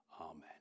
Amen